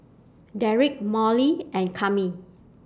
Derrek Molly and Kami